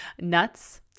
nuts